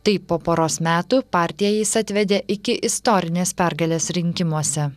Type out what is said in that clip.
taip po poros metų partiją jis atvedė iki istorinės pergalės rinkimuose